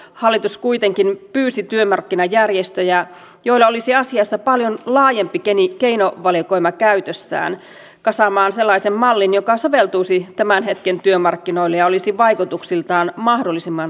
hallitus kuitenkin pyysi työmarkkinajärjestöjä joilla olisi asiassa paljon laajempi keinovalikoima käytössään kasaamaan sellaisen mallin joka soveltuisi tämän hetken työmarkkinoille ja olisi vaikutuksiltaan mahdollisimman tasapuolinen